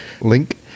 link